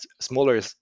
smaller